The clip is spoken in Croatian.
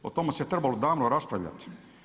O tome se trebalo davno raspravljati.